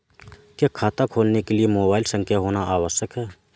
क्या खाता खोलने के लिए मोबाइल संख्या होना आवश्यक है?